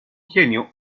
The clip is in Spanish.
genio